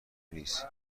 نیست